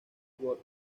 who